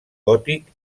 gòtic